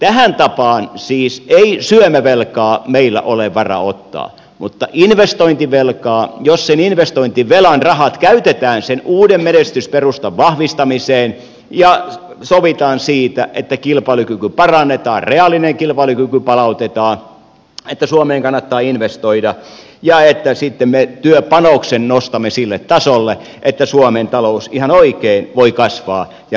tähän tapaan siis ei syömävelkaa meillä ole varaa ottaa mutta investointivelkaa jos sen investointivelan rahat käytetään sen uuden menestysperustan vahvistamiseen ja sovitaan siitä että kilpailukyky parannetaan reaalinen kilpailukyky palautetaan että suomeen kannattaa investoida ja että sitten me työpanoksen nostamme sille tasolle että suomen talous ihan oikein voi kasvaa ja menestyä